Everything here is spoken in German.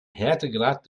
härtegrad